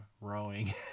rowing